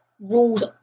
rules